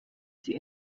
sie